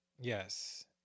Yes